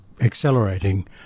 accelerating